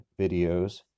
videos